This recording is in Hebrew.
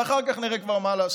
ואחר כך נראה כבר מה לעשות.